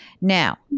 Now